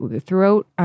throughout